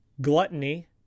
gluttony